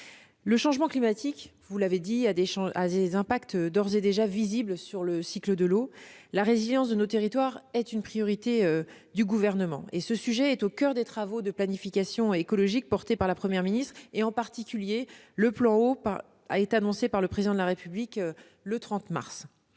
le changement climatique a des impacts d'ores et déjà visibles sur le cycle de l'eau. La résilience de nos territoires est une priorité du Gouvernement. Ce sujet est au coeur des travaux de planification écologique portés par la Première ministre. Le plan Eau, en particulier, a été annoncé par le Président de la République le 30 mars